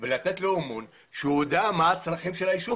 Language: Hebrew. שהוא יודע מה הצרכים של היישוב שלו.